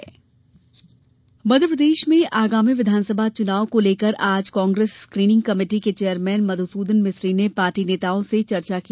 कांग्रेस बैठक मध्यप्रदेश में आगामी विधानसभा चुनाव को लेकर आज कांग्रेस स्क्रीनिंग कमेटी के चेयरमेन मधुसूदन मिस्त्री ने पार्टी नेताओं से चर्चा की